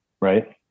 right